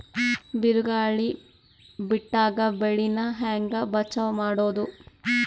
ಬಿರುಗಾಳಿ ಬಿಟ್ಟಾಗ ಬೆಳಿ ನಾ ಹೆಂಗ ಬಚಾವ್ ಮಾಡೊದು?